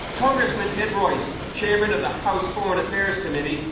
congressman ed royce, chairman of the house foreign affairs committee,